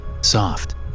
soft